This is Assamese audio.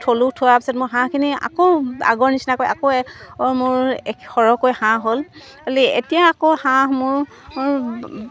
থ'লোঁ থোৱাৰ পিছত মোৰ হাঁহখিনি আকৌ আগৰ নিচিনাকৈ আকৌ মোৰ সৰহকৈ হাঁহ হ'ল খালি এতিয়া আকৌ হাঁহ মোৰ মোৰ